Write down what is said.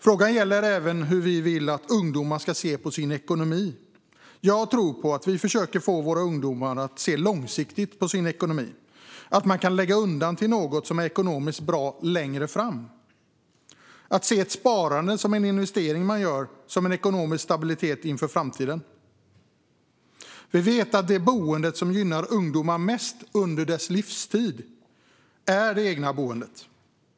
Frågan gäller även hur vi vill att ungdomar ska se på sin ekonomi. Jag tror på att vi ska försöka få våra ungdomar att se långsiktigt på sin ekonomi, att man kan lägga undan till något som är ekonomiskt bra längre fram och att se ett sparande som en investering för ekonomisk stabilitet inför framtiden. Vi vet att det boende som gynnar ungdomar mest under deras livstid är det egna boendet.